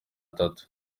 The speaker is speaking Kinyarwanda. atatu